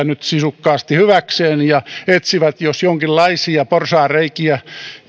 nyt sisukkaasti hyväkseen ja etsivät jos jonkinlaisia porsaanreikiä